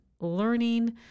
learning